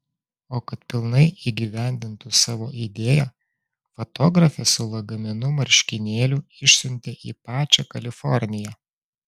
o kad pilnai įgyvendintų savo idėją fotografę su lagaminu marškinėlių išsiuntė į pačią kaliforniją